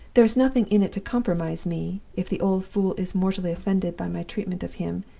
there is nothing in it to compromise me, if the old fool is mortally offended by my treatment of him,